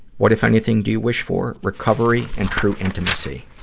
what, if anything, do you wish for? recovery and true intimacy.